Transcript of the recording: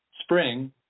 spring